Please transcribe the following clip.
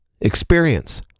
experience